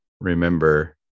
remember